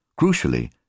Crucially